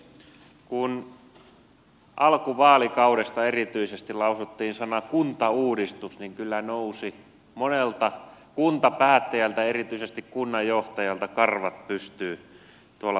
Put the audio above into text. kun alkuvaalikaudesta erityisesti lausuttiin sana kuntauudistus niin kyllä nousivat monelta kuntapäättäjältä erityisesti kunnanjohtajalta karvat pystyyn tuolla maakunnassa